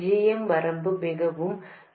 g m வரம்பு மிகவும் பெரியதாக இருக்கலாம்